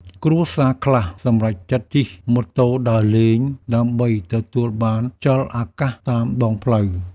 គ្រួសារខ្លះសម្រេចចិត្តជិះម៉ូតូដើរលេង ដើម្បីទទួលបានខ្យល់អាកាសតាមដងផ្លូវ។